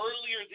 earlier